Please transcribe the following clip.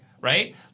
right